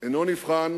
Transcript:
אינו נבחן